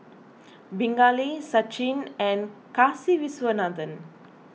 Pingali Sachin and Kasiviswanathan